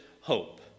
hope